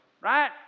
right